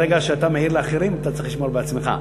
ברגע שאתה מעיר לאחרים אתה צריך לשמור בעצמך.